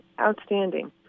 outstanding